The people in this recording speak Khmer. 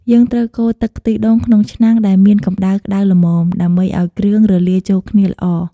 យើងត្រូវកូរទឹកខ្ទិះដូងក្នុងឆ្នាំងដែលមានកម្តៅក្តៅល្មម ដើម្បីឱ្យគ្រឿងរលាយចូលគ្នាល្អ។